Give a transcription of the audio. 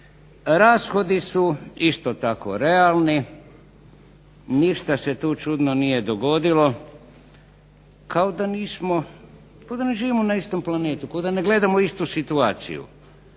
Rashodi su isto tako realni, ništa se tu čudno nije dogodilo kao da ne živimo na istom planetu, kao da ne gledamo istu situaciju.